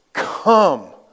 Come